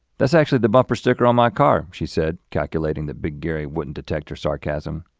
that's actually the bumper sticker on my car, she said, calculating that big gary wouldn't detect her sarcasm.